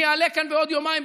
אני אעלה כאן בעוד יומיים,